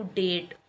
date